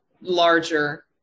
larger